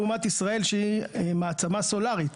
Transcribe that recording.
לעומת ישראל שהיא מעצמה סולרית.